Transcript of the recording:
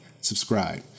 Subscribe